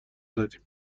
زدیم